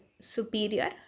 superior